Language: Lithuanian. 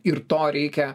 ir to reikia